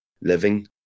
living